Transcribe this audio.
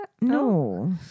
No